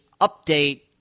update